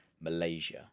Malaysia